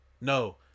No